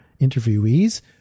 interviewees